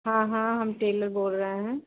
हाँ हाँ हम टेलर बोल रहे हैं